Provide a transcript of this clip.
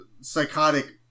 psychotic